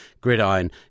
Gridiron